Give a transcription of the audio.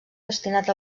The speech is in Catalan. destinat